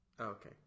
Okay